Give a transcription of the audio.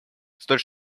столь